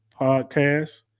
Podcast